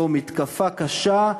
זו מתקפה קשה,